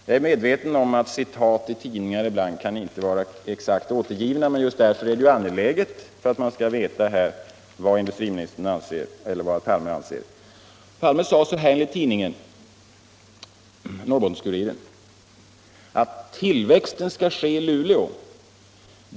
Jag är medveten om att tidningsreferat inte alltid är exakta, men just därför är det angeläget att få veta vad industriministern anser om detta uttalande av Palme. Enligt tidningen sade Palme: ”Tillväxten skall ske i Luleå.